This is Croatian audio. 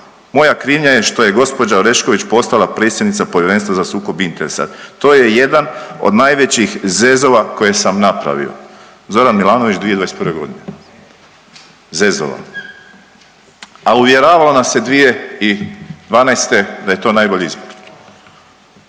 Moja krivnja je što je gđa. Orešković postala predsjednica Povjerenstva za sukob interesa, to je jedan od najvećih zezova koje sam napravio, Zoran Milanović, 2021.g., zezova, a uvjeravalo nas se 2012. da je to najbolji izbor.